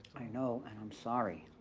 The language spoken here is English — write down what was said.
i know, and i'm sorry,